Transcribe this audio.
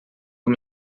uma